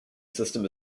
system